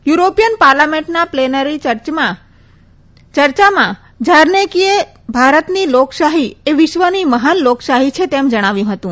European પાર્લામેન્ટના plenary ચર્ચામાં ઝારનેકીએ ભારતની લોકશાહી એ વિશ્વની મહાન લોકશાહી છે તેમ જણાવ્યું હતું